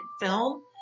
film